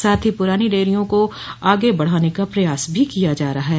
साथ ही पुरानी डेयरियों को आगे बढ़ाने का प्रयास भी किया जा रहा है